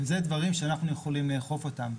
ואלה דברים שאנחנו יכולים לאכוף אותם.